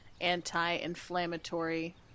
anti-inflammatory